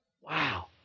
Wow